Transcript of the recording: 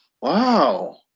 wow